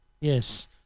yes